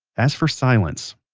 as for silence.